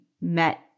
met